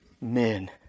men